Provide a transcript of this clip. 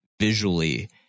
visually